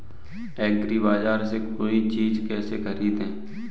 एग्रीबाजार से कोई चीज केसे खरीदें?